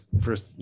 first